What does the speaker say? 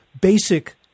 basic